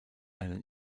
einen